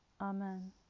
Amen